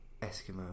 Eskimo